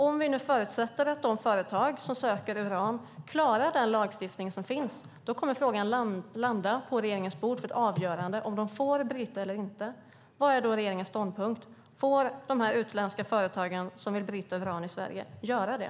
Om vi nu förutsätter att de företag som vill bryta uran klarar den lagstiftning som finns kommer frågan att landa på regeringens bord för ett avgörande om de får bryta uran eller inte. Vad är då regeringens ståndpunkt? Får de utländska företag som vill bryta uran i Sverige göra det?